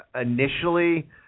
Initially